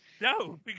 No